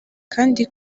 kandi